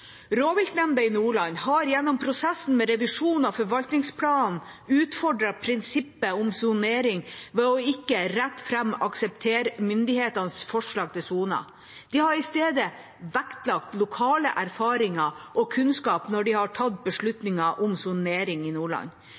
i Nordland har gjennom prosessen med revisjon av forvaltningsplanen utfordret prinsippet om sonering ved å ikke rett fram akseptere myndighetens forslag til soner. De har i stedet vektlagt lokale erfaringer og kunnskap når de har tatt beslutninger om sonering i Nordland.